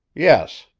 yes.